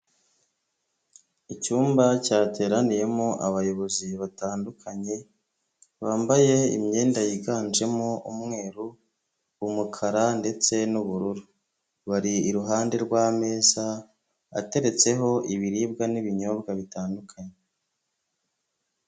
Icyumba cyateraniyemo abayobozi batandukanye bambaye imyenda yiganjemo umweru, umukara, ndetse, n'ubururu bari iruhande rw'ameza ateretseho ibiribwa n'ibinyobwa bitandukanye.